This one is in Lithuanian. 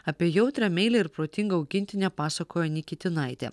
apie jautrią meilią ir protingą augintinę pasakojo nikitinaitė